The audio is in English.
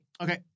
Okay